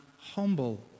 humble